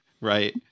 Right